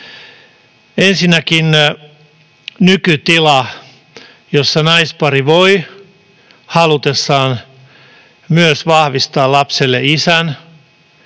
Ensinnäkin nykytilassa naispari voi halutessaan myös vahvistaa lapselle isän